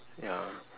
ya